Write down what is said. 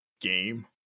game